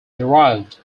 derived